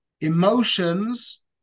Emotions